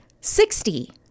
Sixty